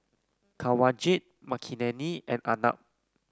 Kanwaljit Makineni and Arnab